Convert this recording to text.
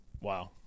Wow